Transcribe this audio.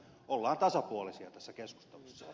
ollaan tasapuolisia tässä keskustelussa